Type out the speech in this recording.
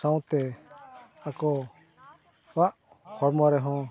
ᱥᱟᱶᱛᱮ ᱟᱠᱚᱣᱟᱜ ᱦᱚᱲᱢᱚ ᱨᱮᱦᱚᱸ